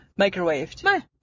Microwaved